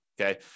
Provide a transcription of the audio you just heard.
Okay